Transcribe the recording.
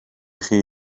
chi